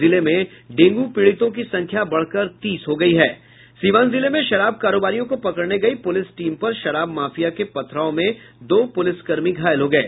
जिले में डेंगू पीड़ितों की संख्या बढ़कर तीस हो गयी है सीवान जिले में शराब कारोबारियों को पकड़ने गयी पुलिस टीम पर शराब माफिया के पथराव में दो पुलिसकर्मी घायल हो गये